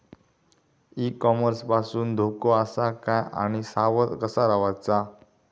E commerce पासून धोको आसा काय आणि सावध कसा रवाचा?